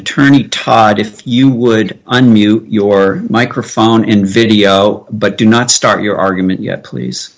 attorney todd if you would and mute your microphone in video but do not start your argument yet please